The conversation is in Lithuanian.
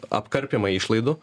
apkarpymai išlaidų